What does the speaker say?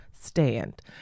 stand